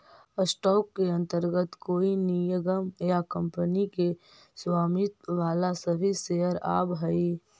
stock के अंतर्गत कोई निगम या कंपनी के स्वामित्व वाला सभी शेयर आवऽ हइ